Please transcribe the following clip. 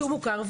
שהוא מוכר,